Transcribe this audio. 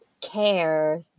care